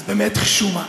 אז באמת חשומה.